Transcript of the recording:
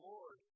Lord